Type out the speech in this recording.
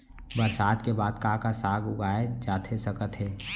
बरसात के बाद का का साग उगाए जाथे सकत हे?